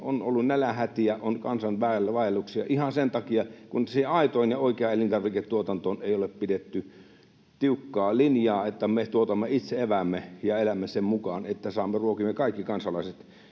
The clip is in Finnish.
On ollut nälänhätiä, kansainvaelluksia ihan sen takia, kun siinä aidossa ja oikeassa elintarviketuotannossa ei ole pidetty tiukkaa linjaa, niin että me tuotamme itse eväämme ja elämme sen mukaan, että ruokimme kaikki kansalaiset